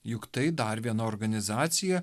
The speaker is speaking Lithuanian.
juk tai dar viena organizacija